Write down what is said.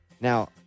Now